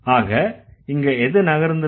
ஆக இங்க எது நகர்ந்திருக்கு